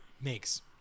makes